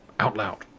out loud!